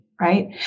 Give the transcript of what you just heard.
right